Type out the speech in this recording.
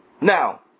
Now